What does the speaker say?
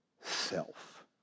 self